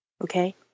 okay